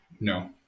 No